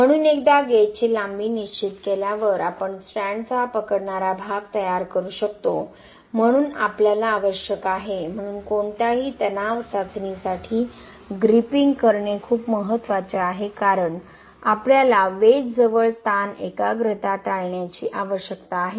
म्हणून एकदा गेजची लांबी निश्चित केल्यावर आपण स्ट्रँडचा पकडणारा भाग तयार करू शकतो म्हणून आपल्याला आवश्यक आहे म्हणून कोणत्याही तणाव चाचणीसाठी ग्रिपिंग करणे खूप महत्वाचे आहे कारण आपल्याला वेजजवळ ताण एकाग्रता टाळण्याची आवश्यकता आहे